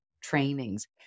trainings